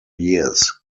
years